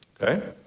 Okay